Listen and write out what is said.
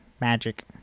magic